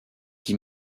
qui